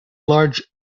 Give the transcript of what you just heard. large